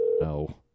No